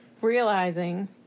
Realizing